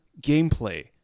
gameplay